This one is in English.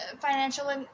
financial